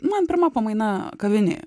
man pirma pamaina kavinėje